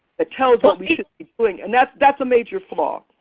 that tells what we should be doing. and that's that's a major flaw.